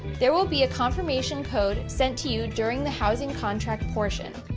there will be a confirmation code sent to you during the housing contract portion.